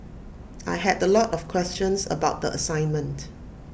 I had the lot of questions about the assignment